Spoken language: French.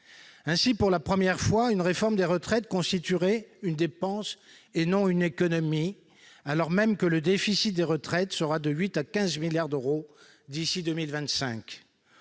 Ainsi, pour la première fois, une réforme des retraites constituerait une dépense et non une économie, alors même que le déficit des retraites sera de 8 à 15 milliards d'euros d'ici à 2025.